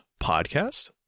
podcast